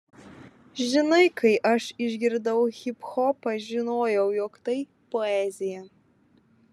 žinai kai aš išgirdau hiphopą žinojau jog tai poezija